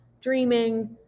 dreaming